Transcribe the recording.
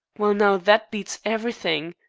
well, now, that beats everything,